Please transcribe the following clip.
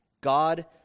God